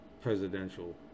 presidential